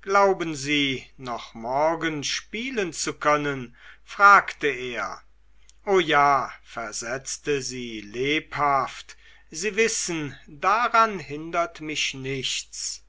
glauben sie noch morgen spielen zu können fragte er o ja versetzte sie lebhaft sie wissen daran hindert mich nichts